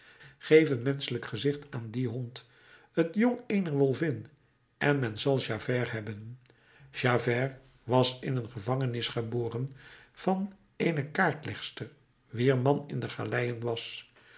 menschelijk gezicht aan dien hond t jong eener wolvin en men zal javert hebben javert was in een gevangenis geboren van eene kaartlegster wier man in de galeien was